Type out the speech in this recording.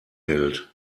hält